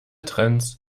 trends